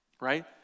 right